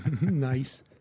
Nice